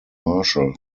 marshall